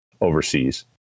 overseas